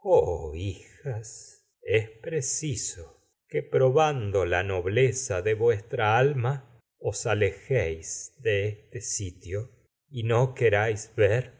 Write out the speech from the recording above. es preciso que probando la nobleza de y no vuestra alejéis de este sitio queráis ver